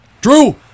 Drew